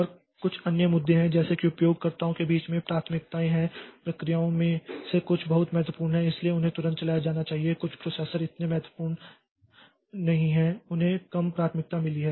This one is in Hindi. और कुछ अन्य मुद्दे हैं जैसे कि उपयोगकर्ताओं के बीच प्राथमिकताएं हैं प्रक्रियाओं में से कुछ बहुत महत्वपूर्ण हैं इसलिए उन्हें तुरंत चलाया जाना चाहिए कुछ प्रोसेसर इतने महत्वपूर्ण नहीं हैं कि उन्हें कम प्राथमिकता मिली है